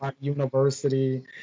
university